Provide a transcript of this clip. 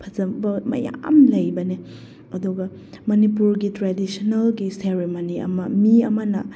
ꯐꯖꯕ ꯃꯌꯥꯝ ꯂꯩꯕꯅꯦ ꯑꯗꯨꯒ ꯃꯅꯤꯄꯨꯔꯒꯤ ꯇ꯭ꯔꯦꯗꯤꯁꯟꯅꯦꯜꯒꯤ ꯁꯤꯔꯤꯃꯣꯅꯤ ꯑꯃ ꯃꯤ ꯑꯃꯅ